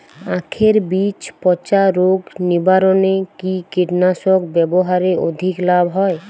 আঁখের বীজ পচা রোগ নিবারণে কি কীটনাশক ব্যবহারে অধিক লাভ হয়?